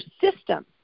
system